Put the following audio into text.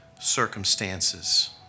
circumstances